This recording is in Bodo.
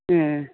ए